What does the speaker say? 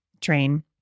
train